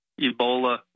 Ebola